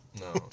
No